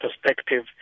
perspective